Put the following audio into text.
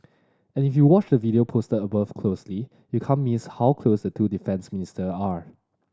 and if you watch the video posted above closely you can't miss how close the two defence minister are